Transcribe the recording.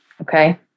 Okay